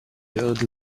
build